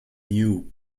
new